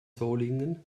solingen